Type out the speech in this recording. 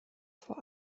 vor